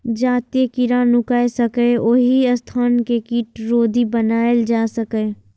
जतय कीड़ा नुकाय सकैए, ओहि स्थान कें कीटरोधी बनाएल जा सकैए